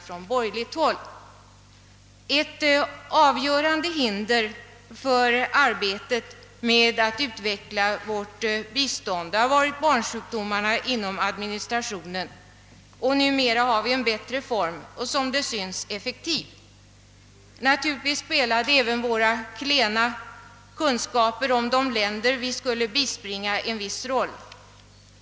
Ett avgörande hinder för arbetet med att utveckla vår biståndsverksamhet har varit barnsjukdomarna inom <administrationen. Numera har vi en bättre och, som det vill synas, effektiv form av administration. Naturligtvis spelade också våra bristfälliga kunskaper om de länder vi ville bispringa en viss roll.